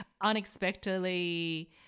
unexpectedly